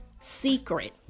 secret